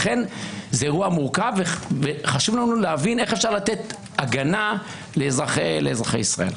לכן זה אירוע מורכב וחשוב לנו להבין איך אפשר לתת הגנה לאזרחי ישראל.